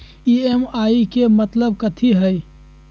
EMI के मतलब कथी होई?